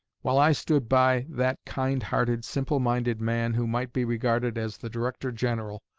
while i stood by that kind-hearted, simple-minded man who might be regarded as the director-general,